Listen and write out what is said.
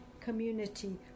community